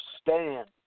stand